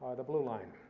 ah the blue line.